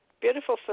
beautiful